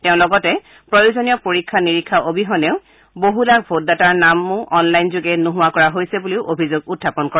তেওঁ লগতে প্ৰয়োজনীয় পৰীক্ষা নিৰীক্ষা অবিহনেই বহু লাখ ভোটদাতাৰ নামও অনলাইনযোগে নোহোৱা কৰা হৈছে বুলিও অভিযোগ উখাপন কৰে